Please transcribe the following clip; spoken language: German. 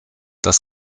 das